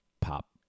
pop